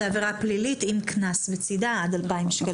זו עבירה פלילית עם קנס בצידה עד 2,000 שקלים.